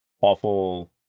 awful